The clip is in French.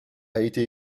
été